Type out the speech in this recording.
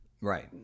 Right